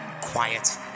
Quiet